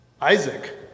Isaac